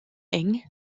eng